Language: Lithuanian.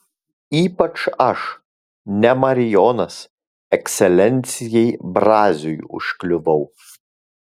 ypač aš ne marijonas ekscelencijai braziui užkliuvau